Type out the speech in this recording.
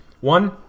One